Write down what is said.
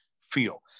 feel